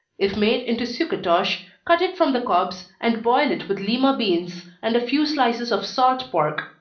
if made into sucatosh, cut it from the cobs, and boil it with lima beans, and a few slices of salt pork.